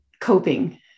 coping